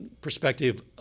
perspective